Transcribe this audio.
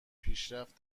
پیشرفت